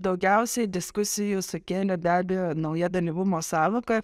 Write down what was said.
daugiausiai diskusijų sukėlė be abejo nauja dalyvumo sąvoka